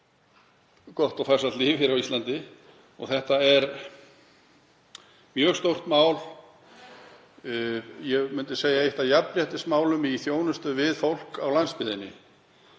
gott og farsælt líf á Íslandi. Þetta er mjög stórt mál, ég myndi segja eitt af jafnréttismálunum í þjónustu við fólk á landsbyggðinni.